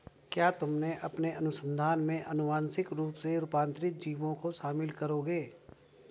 क्या तुम अपने अनुसंधान में आनुवांशिक रूप से रूपांतरित जीवों को शामिल करोगे?